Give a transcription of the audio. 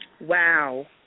Wow